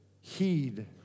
heed